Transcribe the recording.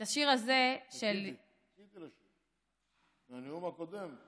את השיר הזה, חיכיתי לשיר מהנאום הקודם.